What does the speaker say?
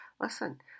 listen